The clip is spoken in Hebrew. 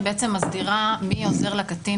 היא מסדירה מי עוזר לקטין,